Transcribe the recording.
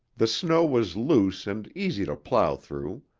the snow was loose and easy to plow through.